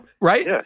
right